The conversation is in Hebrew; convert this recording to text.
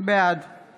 בעד יפעת